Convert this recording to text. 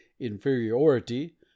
inferiority